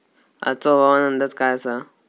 आजचो हवामान अंदाज काय आसा?